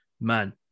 man